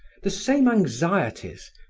the same anxieties,